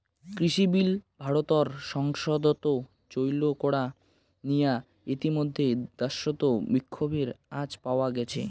কৃষিবিল ভারতর সংসদত চৈল করা নিয়া ইতিমইধ্যে দ্যাশত বিক্ষোভের আঁচ পাওয়া গেইছে